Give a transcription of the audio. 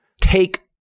take